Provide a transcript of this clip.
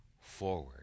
forward